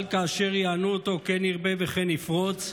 אבל "כאשר יענו אֹתו, כן ירבה וכן יפרֹץ",